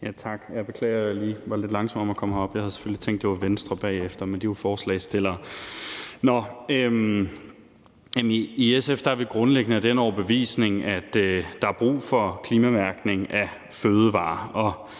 Jeg beklager, jeg lige var lidt langsom om at komme herop. Jeg havde selvfølgelig tænkt, at det var Venstres tur, men de er jo forslagsstillere. I SF er vi grundlæggende af den overbevisning, at der er brug for klimamærkning af fødevarer,